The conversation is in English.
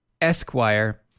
Esquire